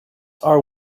are